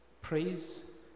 praise